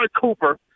Cooper